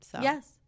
Yes